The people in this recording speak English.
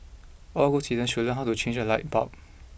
all good citizens should learn how to change a light bulb